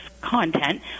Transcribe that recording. content